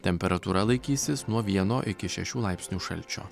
temperatūra laikysis nuo vieno iki šešių laipsnių šalčio